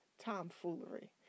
tomfoolery